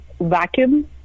vacuum